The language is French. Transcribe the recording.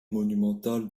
monumental